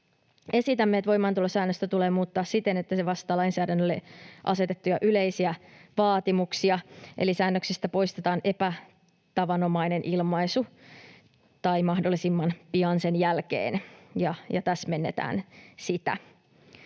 esitämme, että voimaantulosäännöstä tulee muuttaa siten, että se vastaa lainsäädännölle asetettuja yleisiä vaatimuksia eli niin, että säännöksestä poistetaan epätavanomainen ilmaisu ”tai mahdollisimman pian sen jälkeen” ja täsmennetään sitä.